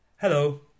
Hello